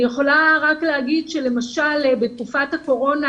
אני יכולה רק לומר שלמשל בתקופת הקורונה,